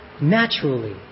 Naturally